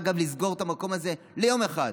אגב, לסגור את המקום הזה ליום אחד,